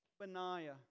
Benaiah